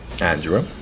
Andrew